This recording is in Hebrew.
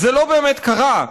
זה לא באמת קרה,